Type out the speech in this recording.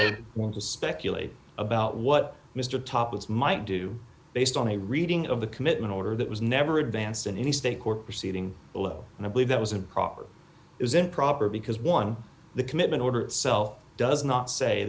want to speculate about what mr top was might do based on a reading of the commitment order that was never advanced in any state court proceeding below and i believe that was improper is improper because one the commitment order itself does not say